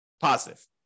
positive